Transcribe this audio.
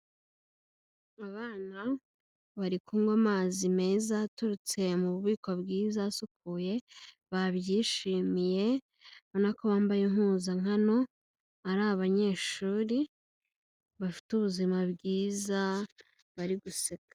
Abana bari kunywa amazi meza aturutse mu bubiko bwiza asukuye, babyishimiye ubona ko bambaye impuzankano, ari abanyeshuri bafite ubuzima bwiza bari guseka.